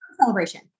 celebration